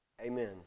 Amen